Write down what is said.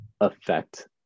affect